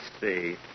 see